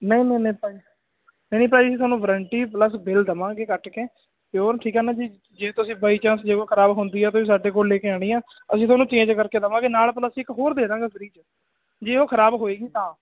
ਨਹੀਂ ਨਹੀਂ ਨਹੀਂ ਭਾਜੀ ਨਹੀਂ ਨਹੀਂ ਭਾਅ ਜੀ ਤੁਹਾਨੂੰ ਵਾਰੰਟੀ ਪਲਸ ਬਿਲ ਦਵਾਂਗੇ ਕੱਟ ਕੇ ਪਿਓਰ ਠੀਕ ਹੈ ਨਾ ਜੀ ਜੇ ਤੁਸੀਂ ਬਾਈ ਚਾਂਸ ਜੇ ਉਹ ਖਰਾਬ ਹੁੰਦੀ ਆ ਤੁਸੀਂ ਸਾਡੇ ਕੋਲ ਲੈ ਕੇ ਆਣੀ ਆ ਅਸੀਂ ਤੁਹਾਨੂੰ ਚੇਂਜ ਕਰਕੇ ਦਵਾਂਗੇ ਨਾਲ ਪਲਸ ਇੱਕ ਹੋਰ ਦੇ ਦਾਂਗੇ ਫਰੀ ਚ ਜੇ ਉਹ ਖਰਾਬ ਹੋਏਗੀ ਤਾਂ